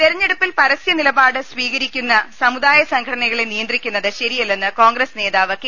തെരഞ്ഞെടുപ്പിൽ പരസ്യ നിലപാട് സ്വീകരിക്കുന്ന സമുദായ സംഘടനകളെ നിയന്ത്രിക്കുന്നത് ശരിയല്ലെന്ന് കോൺഗ്രസ് നേതാവ് കെ